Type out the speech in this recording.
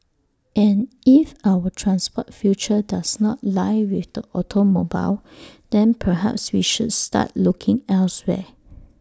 and if our transport future does not lie with the automobile then perhaps we should start looking elsewhere